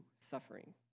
suffering